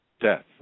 death